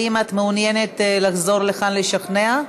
האם את מעוניינת לחזור לכאן לשכנע?